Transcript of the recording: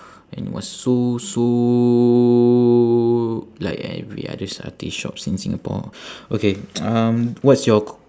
and it was so so like every other satay shops in singapore okay um what's your c~